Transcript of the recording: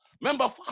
Remember